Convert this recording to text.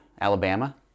alabama